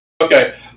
Okay